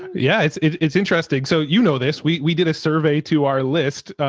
yeah it's it's interesting. so, you know, this, we, we did a survey to our list.